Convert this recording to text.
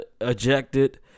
ejected